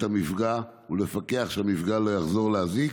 המפגע ולפקח שהמפגע לא יחזור להזיק?